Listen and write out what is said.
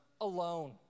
alone